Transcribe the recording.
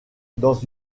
dans